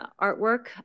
artwork